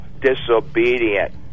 disobedient